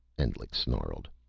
endlich snarled.